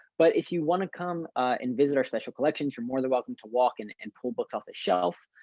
but if you want to come and visit our special collections, you're more than welcome to walk in and pull books off the shelf.